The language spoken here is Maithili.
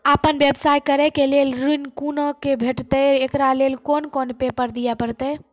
आपन व्यवसाय करै के लेल ऋण कुना के भेंटते एकरा लेल कौन कौन पेपर दिए परतै?